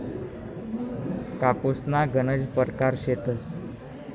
कापूसना गनज परकार शेतस